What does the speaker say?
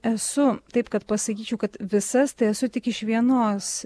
esu taip kad pasakyčiau kad visas tai esu tik iš vienos